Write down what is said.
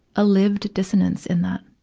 a lived dissonance in that,